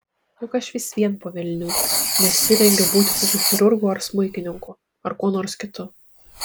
juk aš vis vien po velnių nesirengiu būti kokiu chirurgu ar smuikininku ar kuo nors kitu